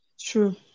True